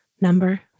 Number